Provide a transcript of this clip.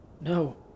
No